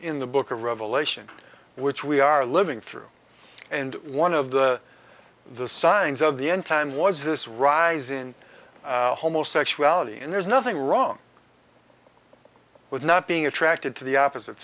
in the book of revelation which we are living through and one of the the signs of the end time was this rise in homosexuality and there's nothing wrong with not being attracted to the opposite